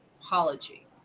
apology